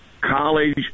college